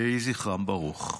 יהי זכרם ברוך.